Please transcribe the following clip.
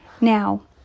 now